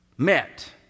met